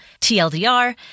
TLDR